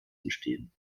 entstehen